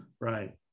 Right